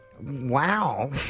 wow